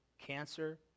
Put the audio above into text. Cancer